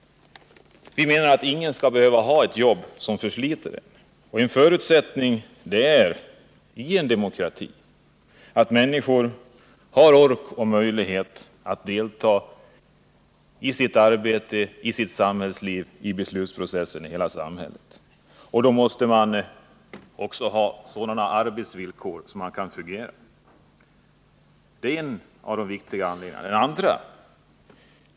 Vi menar att ingen skall behöva ha ett jobb som medför att man förslits. I en demokrati är en förutsättning att människor har ork och möjlighet att delta i arbete och samhällsliv — i beslutsprocessen i hela samhället. Då måste man också ha sådana arbetsvillkor att man kan fungera. Det är en av de viktiga anledningarna till förslaget.